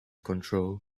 control